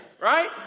Right